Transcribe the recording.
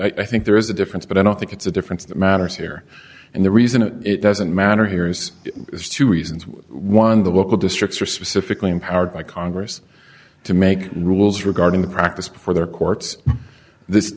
i think there is a difference but i don't think it's a difference that matters here and the reason it doesn't matter here is there's two reasons one the local districts are specifically empowered by congress to make rules regarding the practice before their courts this